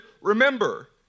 remember